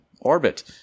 orbit